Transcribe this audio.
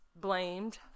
blamed